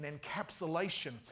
encapsulation